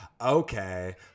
okay